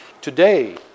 Today